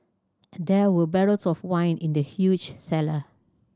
there were barrels of wine in the huge cellar